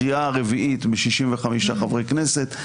קריאה רביעית מ-65 חברי כנסת.